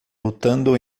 lutando